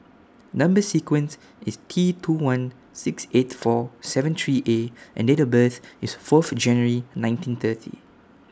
Number sequence IS T two one six eight four seven three A and Date of birth IS Fourth January nineteen thirty